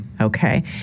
Okay